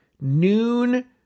noon